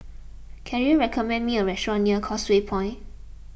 can you recommend me a restaurant near Causeway Point